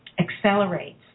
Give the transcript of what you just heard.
accelerates